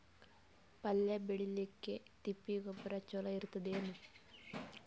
ಪಲ್ಯ ಬೇಳಿಲಿಕ್ಕೆ ತಿಪ್ಪಿ ಗೊಬ್ಬರ ಚಲೋ ಇರತದೇನು?